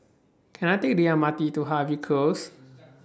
Can I Take The M R T to Harvey Close